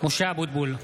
משה אבוטבול,